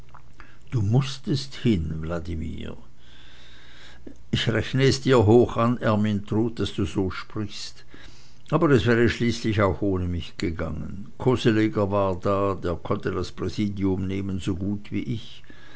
du mußtest hin wladimir ich rechne es dir hoch an ermyntrud daß du so sprichst aber es wäre schließlich auch ohne mich gegangen koseleger war da der konnte das präsidium nehmen so gut wie ich